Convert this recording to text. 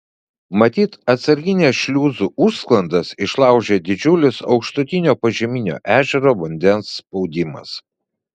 matyt atsargines šliuzų užsklandas išlaužė didžiulis aukštutinio požeminio ežero vandens spaudimas